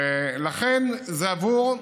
ולכן, זה למען התושבים,